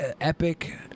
epic